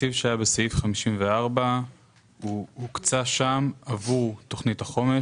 התקציב שהיה בסעיף 54 הוקצה שם עבור תוכנית החומש